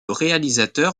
réalisateur